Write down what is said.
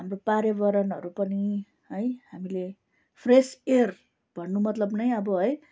हाम्रो पर्यावरणहरू पनि है हामीले फ्रेस एयर भन्नु मतलब नै अब है